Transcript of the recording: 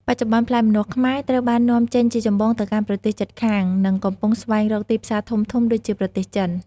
បច្ចុប្បន្ន ផ្លែម្នាស់ខ្មែរត្រូវបាននាំចេញជាចម្បងទៅកាន់ប្រទេសជិតខាង និងកំពុងស្វែងរកទីផ្សារធំៗដូចជា ប្រទេសចិន។